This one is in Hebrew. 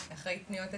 אחראית פניות הציבור,